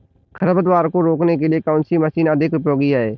खरपतवार को रोकने के लिए कौन सी मशीन अधिक उपयोगी है?